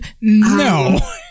no